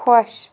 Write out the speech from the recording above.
خۄش